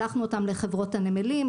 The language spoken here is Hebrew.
שלחנו אותן לחברות הנמלים,